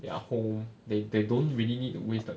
their home they they don't really need waste the